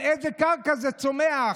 על איזה קרקע זה צומח,